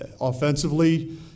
offensively